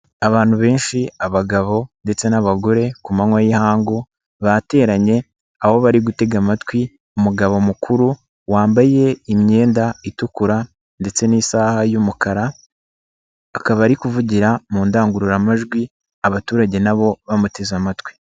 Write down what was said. Abantu benshi abagabo ndetse n'abagore ku manywa y'ihangu bateranye aho bari gutega amatwi umugabo mukuru wambaye imyenda itukura ndetse n'isaha y'umukara, akaba ari kuvugira mu ndangururamajwi abaturage na bo bamuteze amatwi.